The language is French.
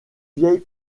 vieille